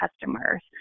customers